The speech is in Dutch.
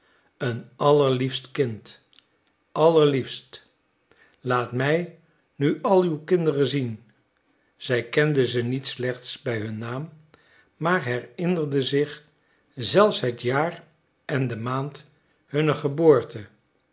een allerliefst kind allerliefst laat mij nu al uw kinderen zien zij kende ze niet slechts bij hun naam maar herinnerde zich zelfs het jaar en de maand hunner geboorte